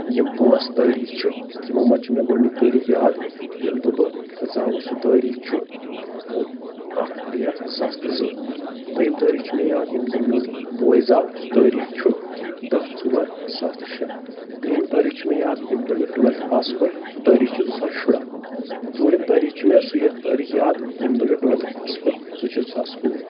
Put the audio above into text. یِم پانٛژھ تٲریٖخ چھِ تِمو منٛز چھُ مےٚ گۄڈٕنیُک تٲریٖخ یاد ییٚمہِ دۄہ بہٕ زاوُس سُہ تٲریٖخ چھُ اکھ ترے زٕ ساس تہٕ زٕ دۄیِم تٲریٖخ چھُ مےٚ یاد ییٚمہِ دۄہ میون بوے زاو سُہ تٲریٖخ چھُ دہ ژور زٕ ساس تہٕ شیٚے ترٛیِم تٲریٖخ چھُ مےٚ یاد ییٚمہِ دۄہ مےٚ ٹُویلتھٕ پاس کوٚر سُہ تٲریٖخ چھُ زٕ ساس شُراہ تہٕ ژوٗرم تٲریٖخ چھُ مےٚ سُہ تٲریٖخ یاد ییٚمہِ دۄہ مےٚ ٹویلتھٕ پاس کوٚر سُہ چھُ زٕ ساس کُنوُہ